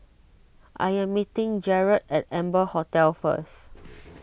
I am meeting Jerrad at Amber Hotel first